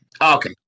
Okay